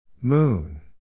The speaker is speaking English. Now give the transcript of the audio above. Moon